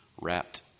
wrapped